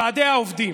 ועדי העובדים,